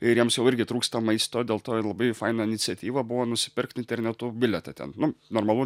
ir jiems jau irgi trūksta maisto dėl to labai faina iniciatyva buvo nusipirkt internetu bilietą ten nu normalu